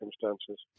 circumstances